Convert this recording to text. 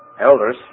elders